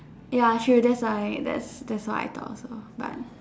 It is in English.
ya she will just like that's that's why I thought her but